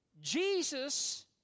Jesus